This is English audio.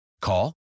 Call